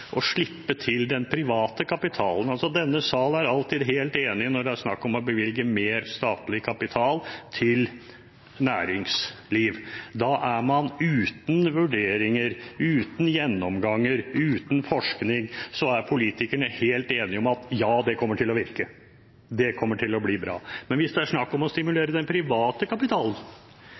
å slippe til den private kapitalen. Denne sal er alltid helt enig når det er snakk om å bevilge mer statlig kapital til næringsliv. Uten vurderinger, uten gjennomganger, uten forskning er politikerne helt enige om at det kommer til å virke, det kommer til å bli bra. Men hvis det er snakk om å stimulere den private kapitalen,